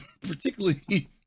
particularly